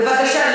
תבקשי.